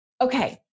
Okay